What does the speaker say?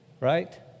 right